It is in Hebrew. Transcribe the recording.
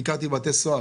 ביקרתי בבתי סוהר,